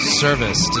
service